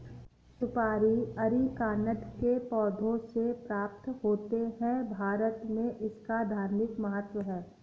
सुपारी अरीकानट के पौधों से प्राप्त होते हैं भारत में इसका धार्मिक महत्व है